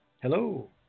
Hello